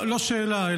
לא שאלה.